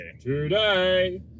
today